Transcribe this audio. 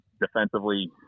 Defensively